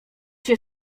się